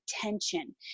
attention